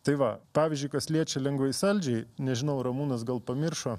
tai va pavyzdžiui kas liečia lengvai saldžiai nežinau ramūnas gal pamiršo